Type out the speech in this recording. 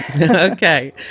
Okay